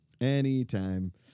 Anytime